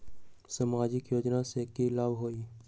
सामाजिक योजना से की की लाभ होई?